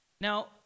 Now